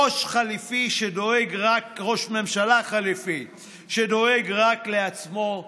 ראש ממשלה חלופי שדואג רק לעצמו,